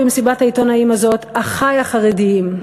במסיבת העיתונאים הזאת: אחי החרדים.